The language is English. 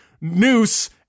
noose